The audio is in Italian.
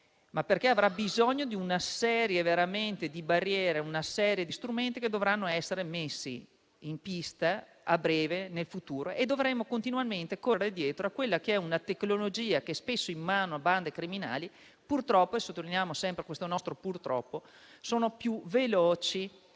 perché avrà bisogno di una serie di barriere e strumenti che dovranno essere messi in pista a breve nel futuro. Dovremo continuamente correre dietro a quella che è una tecnologia che spesso è in mano a bande criminali, purtroppo - e sottolineiamo sempre il nostro purtroppo - sono più veloci